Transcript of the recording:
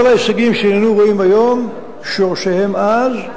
כל ההישגים שהננו רואים היום, שורשיהם אז,